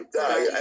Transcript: die